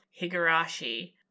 Higurashi